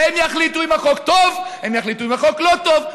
הם יחליטו אם החוק טוב, הם יחליטו אם החוק לא טוב.